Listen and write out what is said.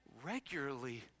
regularly